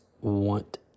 want